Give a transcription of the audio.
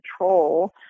control